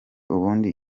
ubundi